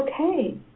okay